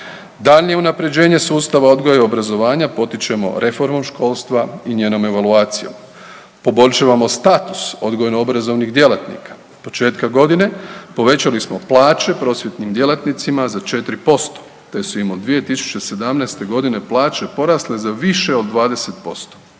Daljnje unaprjeđenje sustava odgoja i obrazovanja potičemo reformom školstva i njenom evaluacijom, poboljšavamo status odgojno-obrazovnih djelatnika. Od početka godine, povećali smo plaće prosvjetnim djelatnicima za 4% te su im od 2017. g. plaće porasle za više od 20%.